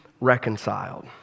reconciled